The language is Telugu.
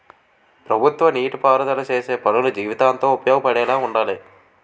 ప్రభుత్వ నీటి పారుదల సేసే పనులు జీవితాంతం ఉపయోగపడేలా వుండాలి